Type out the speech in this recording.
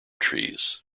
trees